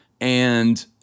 And-